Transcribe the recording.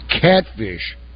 catfish